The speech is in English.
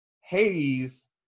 Hades